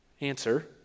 Answer